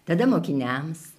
tada mokiniams